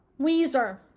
Weezer